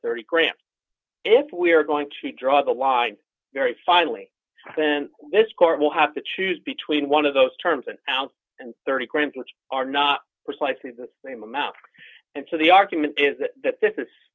thirty grams if we are going to draw the line very finely then this court will have to choose between one of those terms an ounce and thirty grams which are not precisely the same amount and so the argument is that this is